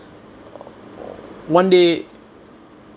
one day